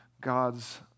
God's